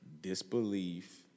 disbelief